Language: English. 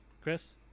Chris